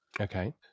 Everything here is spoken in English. Okay